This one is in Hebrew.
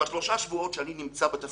בשלושה שבועות שאני נמצא בתפקיד,